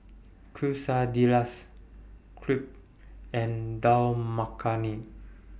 Quesadillas Crepe and Dal Makhani